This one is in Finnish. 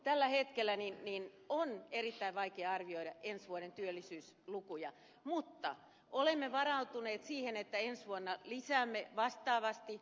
tällä hetkellä on erittäin vaikea arvioida ensi vuoden työllisyyslukuja mutta olemme varautuneet siihen että ensi vuonna lisäämme vastaavasti